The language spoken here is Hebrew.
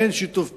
אין שיתוף פעולה.